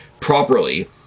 properly